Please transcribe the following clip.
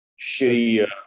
shitty